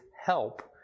help